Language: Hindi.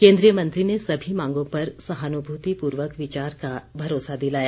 केन्द्रीय मंत्री ने सभी मांगों पर सहानुभूतिपूर्वक विचार का भरोसा दिलाया